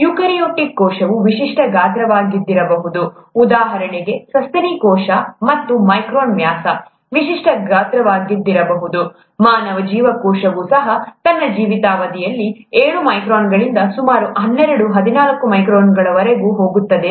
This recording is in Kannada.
ಯುಕ್ಯಾರಿಯೋಟಿಕ್ ಕೋಶವು ವಿಶಿಷ್ಟ ಗಾತ್ರದ್ದಾಗಿರಬಹುದು ಉದಾಹರಣೆಗೆ ಸಸ್ತನಿ ಕೋಶವು ಹತ್ತು ಮೈಕ್ರಾನ್ ವ್ಯಾಸ ವಿಶಿಷ್ಟ ಗಾತ್ರದ್ದಾಗಿರಬಹುದು ಮಾನವ ಜೀವಕೋಶವೂ ಸಹ ತನ್ನ ಜೀವಿತಾವಧಿಯಲ್ಲಿ ಏಳು ಮೈಕ್ರಾನ್ಗಳಿಂದ ಸುಮಾರು ಹನ್ನೆರಡರಿಂದ ಹದಿನಾಲ್ಕು ಮೈಕ್ರಾನ್ಗಳವರೆಗೆ ಹೋಗುತ್ತದೆ